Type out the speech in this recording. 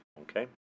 okay